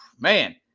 Man